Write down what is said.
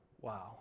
Wow